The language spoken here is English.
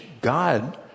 God